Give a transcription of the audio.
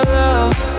love